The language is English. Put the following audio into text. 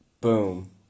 Boom